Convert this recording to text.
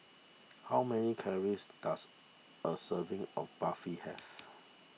how many calories does a serving of Barfi have